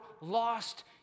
lost